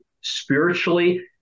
spiritually